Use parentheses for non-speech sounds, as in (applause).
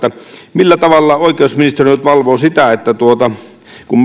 millä tavalla oikeusministeriö nyt valvoo näitä asioita kun (unintelligible)